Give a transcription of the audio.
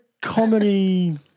comedy